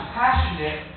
passionate